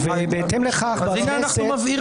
בוקר טוב גם לך, השרה אלהרר, חנוכה שמח.